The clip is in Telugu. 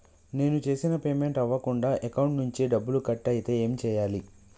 నేను చేసిన పేమెంట్ అవ్వకుండా అకౌంట్ నుంచి డబ్బులు కట్ అయితే ఏం చేయాలి?